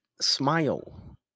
smile